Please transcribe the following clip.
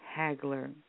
Hagler